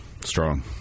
Strong